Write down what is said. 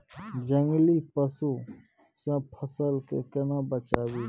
जंगली पसु से फसल के केना बचावी?